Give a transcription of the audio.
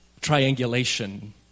Triangulation